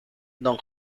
don